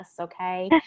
Okay